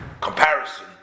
comparison